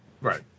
Right